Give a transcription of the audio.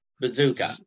bazooka